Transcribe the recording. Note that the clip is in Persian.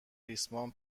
ریسمان